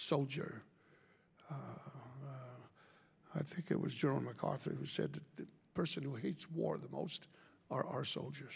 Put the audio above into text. soldier i think it was john macarthur who said the person who hates war the most are our soldiers